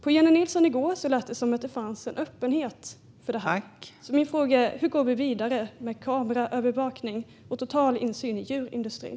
På Jennie Nilsson lät det i går som att det fanns en öppenhet för detta. Hur går vi vidare med kameraövervakning och total insyn i djurindustrin?